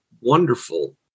wonderful